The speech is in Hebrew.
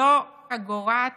זו חגורת